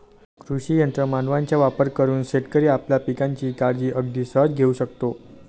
कृषी यंत्र मानवांचा वापर करून शेतकरी आपल्या पिकांची काळजी अगदी सहज घेऊ शकतो